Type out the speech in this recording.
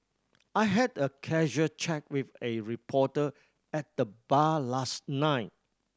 I had a casual chat with a reporter at the bar last night